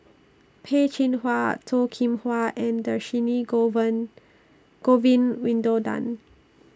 Peh Chin Hua Toh Kim Hwa and Dhershini Govin Winodan